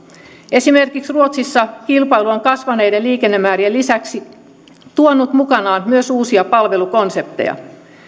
esimerkiksi ruotsissa kilpailu on kasvaneiden liikennemäärien lisäksi tuonut mukanaan myös uusia palvelukonsepteja